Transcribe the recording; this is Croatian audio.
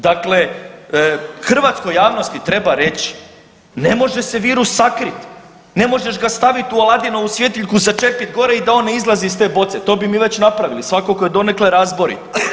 Dakle, hrvatskoj javnosti treba reći, ne može se virus sakriti, ne možeš ga staviti u Aladinovu svjetiljku, začepit gore i da on ne izlazi iz te boce, to bi mi već napravili svatko tko je donekle razborit.